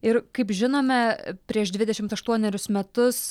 ir kaip žinome prieš dvidešimt aštuonerius metus